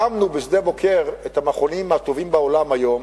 הקמנו בשדה-בוקר את המכונים הטובים בעולם היום